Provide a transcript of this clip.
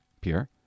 Pierre